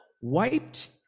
Wiped